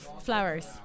Flowers